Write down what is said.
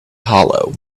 hollow